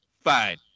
fine